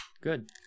Good